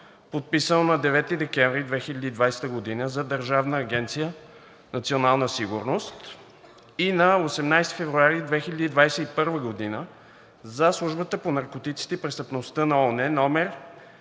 подписано на 9 декември 2020 г. за Държавна агенция „Национална сигурност“ и на 18 февруари 2021 г. за Службата по наркотиците и престъпността на ООН, №